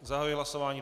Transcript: Zahajuji hlasování.